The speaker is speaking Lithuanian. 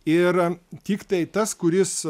ir tiktai tas kuris